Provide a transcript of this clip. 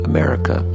America